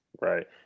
Right